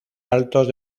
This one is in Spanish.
altos